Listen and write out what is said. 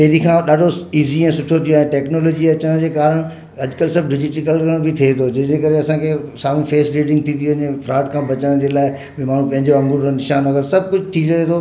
पहिरीं खां ॾाढो इज़ी ऐं सुठो थी वियो आहे टेक्नोलॉजी अचण जे कारण अॼुकल्ह सभु डिजीटीकल बि थिए थो जंहिंजे करे असांखे साम्हूं फेस रीडिंग थी थी वञे फ्राड खां बचण जे लाइ भई माण्हू पंहिंजो अङूठो निशान वग़ैरह सभु कुझु थी सघे थो